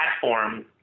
platform